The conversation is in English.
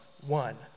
one